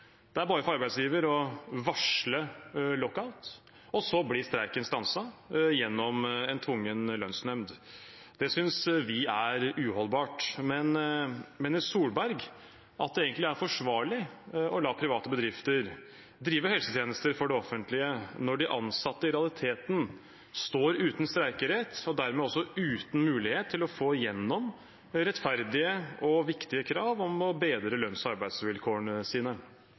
Det er bare for arbeidsgiveren å varsle lockout, så blir streiken stanset gjennom en tvungen lønnsnemnd. Det synes vi er uholdbart. Mener statsminister Solberg at det egentlig er forsvarlig å la private bedrifter drive helsetjenester for det offentlige når de ansatte i realiteten står uten streikerett og dermed også uten mulighet til å få igjennom rettferdige og viktige krav om å bedre lønns- og arbeidsvilkårene sine?